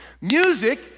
music